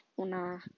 una